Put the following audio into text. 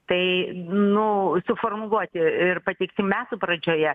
tai nu suformuluoti ir pateikti metų pradžioje